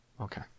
Okay